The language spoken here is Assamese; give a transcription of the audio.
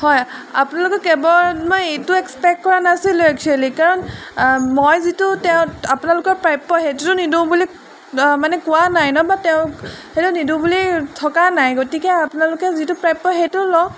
হয় আপোনালোকৰ কেবত মই এইটো এক্সপেক্ট কৰা নাছিলোঁ এক্সোৱেলি কাৰণ মই যিটো তেওঁ আপোনালোকৰ প্ৰাপ্য সেইটোতো নিদিওঁ বুলি মানে কোৱা নাই ন বা তেওঁ সেইটো নিদিওঁ বুলি থকা নাই গতিকে আপোনালোকে যিটো প্ৰাপ্য সেইটো লওক